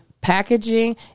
packaging